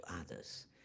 others